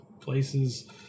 places